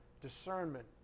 discernment